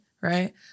right